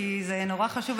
כי זה נורא חשוב.